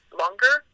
longer